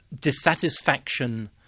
dissatisfaction